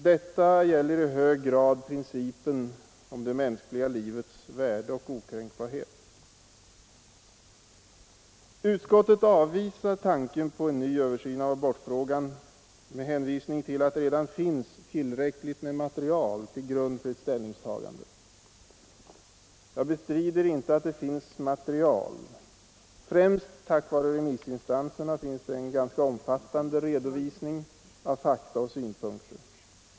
Detta gäller i hög grad principen om det mänskliga livets värde och okränkbarhet. Utskottet avvisar tanken på en ny översyn av abortfrågan med hänvisning till att det redan finns tillräckligt med material till grund för ett ställningstagande. Jag bestrider inte att det finns material. Främst tack vare remissinstanserna har det skett en ganska omfattande redovisning av fakta och synpunkter.